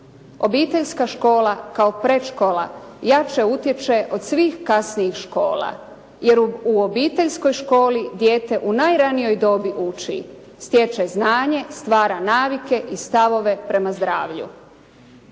Obiteljska škola kao predškola jače utječe od svih kasnijih škola, jer u obiteljskoj školi dijete u najranijoj dobi uči, stječe znanje, stvara navike i stavove prema zdravlju.